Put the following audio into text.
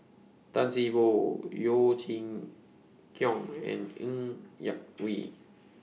Tan See Boo Yeo Chee Kiong and Ng Yak Whee